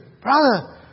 Brother